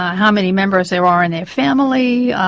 how many members there are in their family,